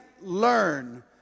learn